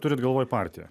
turit galvoj partiją